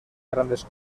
grandes